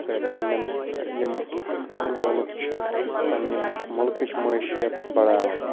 تہٕ پَننیٚن یِم پَنٕنۍ مُلک چھِ تِہ پَننہِ مُلکٕچ معٲشیت بَڑاوَان